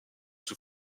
sous